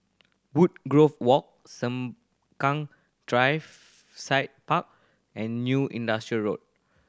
Woodgrove Walk Sengkang Drive Side Park and New Industrial Road